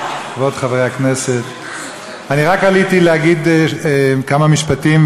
עליתי רק להגיד כמה משפטים,